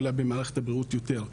אולי במערכת הבריאות יותר.